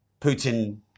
Putin